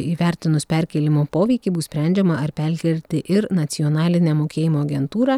įvertinus perkėlimo poveikį bus sprendžiama ar perkelti ir nacionalinę mokėjimų agentūrą